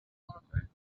warmer